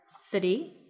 city